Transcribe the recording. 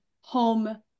home